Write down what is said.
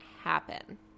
happen